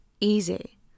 easy